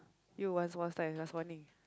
you one small size last warning